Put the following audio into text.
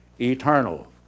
eternal